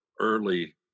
early